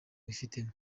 wifitemo